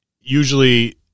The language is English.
usually